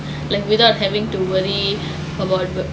like without having to worry about work